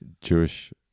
jewish